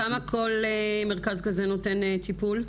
כמה כל מרכז כזה נותן טיפול?